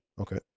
Okay